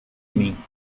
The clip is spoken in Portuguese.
mim